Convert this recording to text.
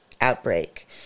outbreak